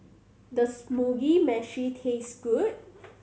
does Mugi Meshi taste good